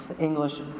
English